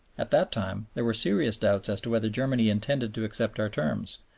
at that time there were serious doubts as to whether germany intended to accept our terms,